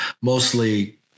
mostly